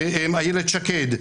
היושב-ראש,